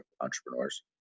entrepreneurs